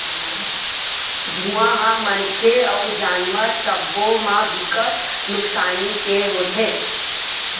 धुंआ ह मनखे अउ जानवर सब्बो म बिकट नुकसानी के होथे